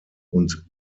und